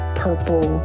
purple